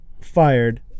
fired